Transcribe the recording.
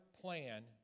plan